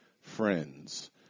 friends